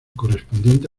correspondiente